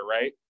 right